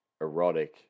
erotic